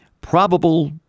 probable